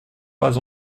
pas